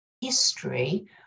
history